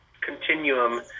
continuum